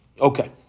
Okay